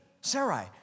Sarai